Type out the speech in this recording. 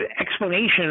explanation